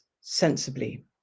sensibly